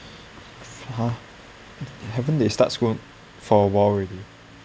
!huh! haven't they start school for a while already